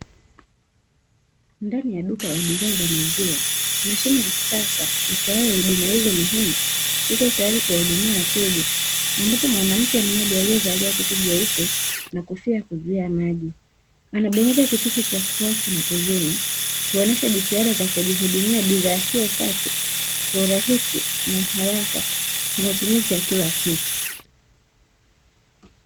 Ndani ya duka la bidhaa za maziwa, mashine ya kisasa itoayo huduma hizo muhimu ipo tayari kuwahudumia wateja, ambapo mwanamke mmoja aliyevalia koti jeupe na kofia ya kuzuia maji, anabonyeza kitufe cha kuwasha na kuzima kuonyesha jitihada za kujihudumia bidhaa hiyo safi kwa urahisi na uharaka kwa matumizi ya kila siku.